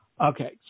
Okay